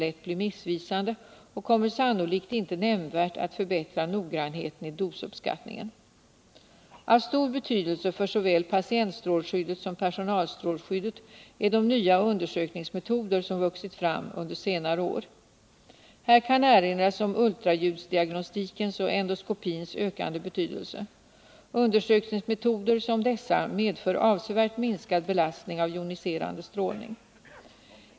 lätt bli missvisande och kommer sannolikt inte nämnvärt att förbättra noggrannheten i dosuppskattningen. Av stor betydelse för såväl patientstrålskyddet som personalstrålskyddet är de nya undersökningsmetoder som vuxit fram under senare år. Här kan erinras om ultraljudsdiagnostikens och endoskopins ökande betydelse. Undersökningsmetoder som dessa medför avsevärt minskad belastning av joniserande strålning.